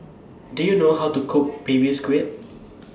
Do YOU know How to Cook Baby Squid